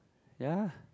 ya